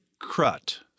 Crut